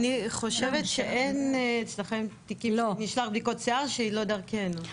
אני חושבת שאין אצלכם תיקים נשלח לבדיקות שיער שהם לא דרכנו.